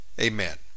amen